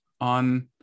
on